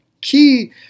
Key